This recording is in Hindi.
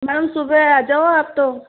मैम सुबह आ जाओ आप तो